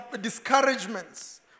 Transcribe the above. discouragements